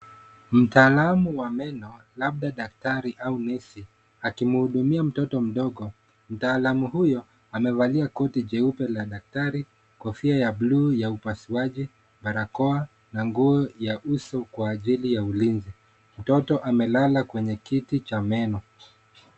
Mtaalamu wa meno labda daktari au nesi akimhudumia mtoto mdogo, mtaalamu huyu amevalia koti cheupe ya daktari, kofia ya blue ya upasuaji barakoa na nguu ya ulinzi Kwa nini ya ulinzi mtoto amelala kwenye kiti ya meno